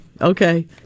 okay